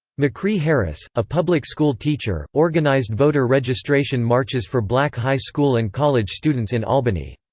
mccree harris, a public school teacher, organized voter registration marches for black high school and college students in albany.